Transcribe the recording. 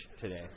today